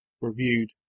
reviewed